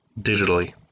digitally